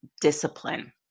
discipline